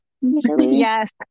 Yes